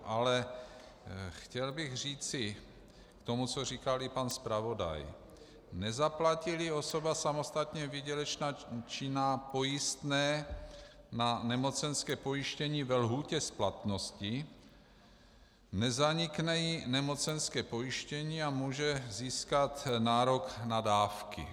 Ale chtěl bych říci k tomu, co říkal i pan zpravodaj, nezaplatíli osoba samostatně výdělečně činná pojistné na nemocenské pojištění ve lhůtě splatnosti, nezanikne jí nemocenské pojištění a může získat nárok na dávky.